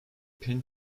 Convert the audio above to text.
pin